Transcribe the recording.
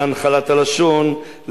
להנחלת הלשון,